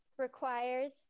requires